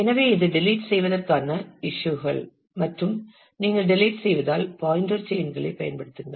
எனவே இது டெலிட் செய்வதற்கான இஷ்யூ கள் மற்றும் நீங்கள் டெலிட் செய்வதால் பாயின்டர் செயின் களைப் பயன்படுத்துங்கள்